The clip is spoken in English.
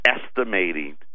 estimating